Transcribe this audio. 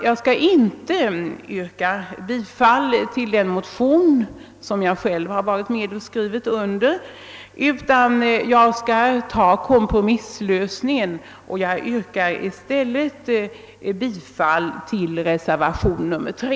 Jag skall inte yrka bifall till den motion som jag själv varit med om att underskriva, utan jag skall i stället gå på kompromisslösningen och yrka bifall till reservation 3.